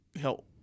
help